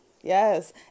Yes